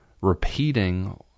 repeating